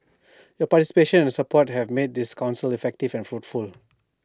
your participation and support have made this Council effective and fruitful